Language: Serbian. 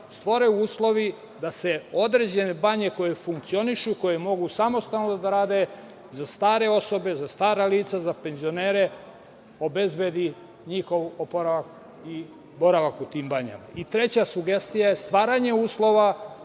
stvore uslovi da se određene banje koje funkcionišu, koje mogu samostalno da rade, za stare osobe, za stara lica, za penzionere, obezbedi njihov oporavak i boravak u tim banjama. Treća sugestija je stvaranje uslova